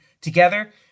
together